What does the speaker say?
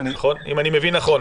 אם אני מבין נכון.